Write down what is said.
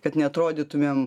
kad neatrodytumėm